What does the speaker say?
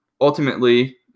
Ultimately